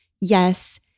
yes